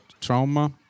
trauma